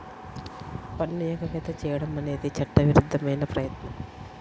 పన్ను ఎగవేత చేయడం అనేది చట్టవిరుద్ధమైన ప్రయత్నం